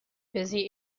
busy